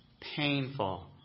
painful